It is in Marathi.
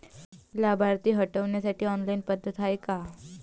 लाभार्थी हटवासाठी ऑनलाईन पद्धत हाय का?